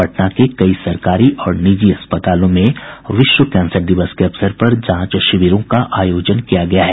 पटना के कई सरकारी और निजी अस्पतालों में विश्व कैंसर दिवस के अवसर पर जांच शिविरों का आयोजन किया गया है